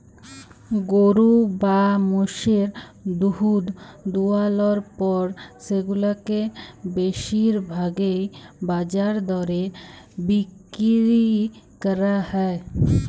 গরু বা মোষের দুহুদ দুয়ালর পর সেগুলাকে বেশির ভাগই বাজার দরে বিক্কিরি ক্যরা হ্যয়